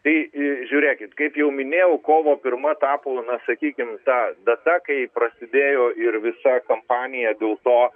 tai žiūrėkit kaip jau minėjau kovo pirma tapo na sakykim ta data kai prasidėjo ir visa kampanija dėl to